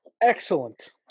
excellent